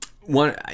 one